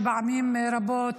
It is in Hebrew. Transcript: פעמים רבות,